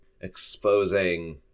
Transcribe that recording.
exposing